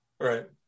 Right